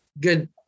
good